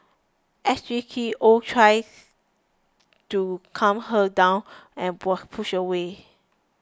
S G T oh tries to calm her down and was pushed away